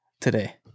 today